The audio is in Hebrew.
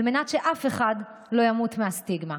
על מנת שאף אחד לא ימות מהסטיגמה,